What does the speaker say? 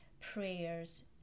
prayers